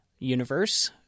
universe